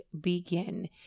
begin